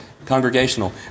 Congregational